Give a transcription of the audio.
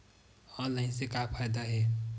Online से का फ़ायदा हे?